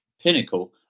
pinnacle